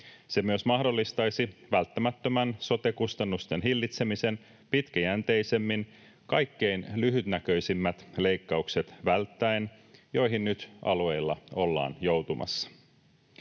Se myös mahdollistaisi välttämättömän sote-kustannusten hillitsemisen pitkäjänteisemmin, välttäen kaikkein lyhytnäköisimmät leikkaukset, joihin nyt alueilla ollaan joutumassa.